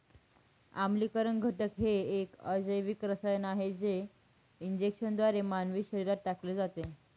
आम्लीकरण घटक हे एक अजैविक रसायन आहे जे इंजेक्शनद्वारे मानवी शरीरात टाकले जाते